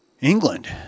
England